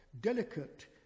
delicate